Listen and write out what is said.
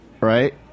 right